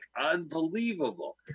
unbelievable